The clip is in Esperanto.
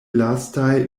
lastaj